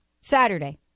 Saturday